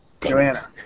Joanna